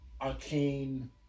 arcane